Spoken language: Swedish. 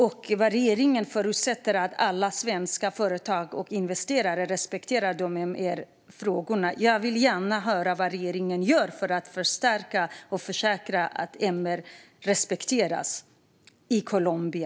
Enligt svaret förutsätter regeringen att alla svenska företag och investerare respekterar de mänskliga rättigheterna. Jag vill gärna höra vad regeringen gör för att försäkra att de mänskliga rättigheterna respekteras i Colombia.